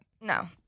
No